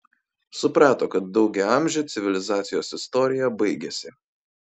suprato kad daugiaamžė civilizacijos istorija baigiasi